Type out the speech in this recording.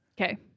Okay